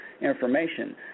information